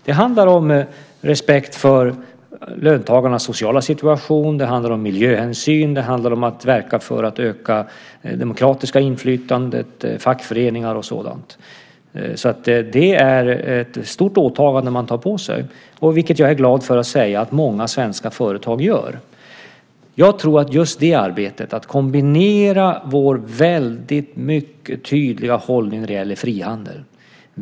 Det handlar om respekt för löntagarnas sociala situation, miljöhänsyn, att verka för att öka det demokratiska inflytandet, fackföreningar och sådant. Det är ett stort åtagande man tar på sig. Jag är glad att säga att många svenska företag gör det. Vi har en väldigt tydlig hållning när det gäller frihandel.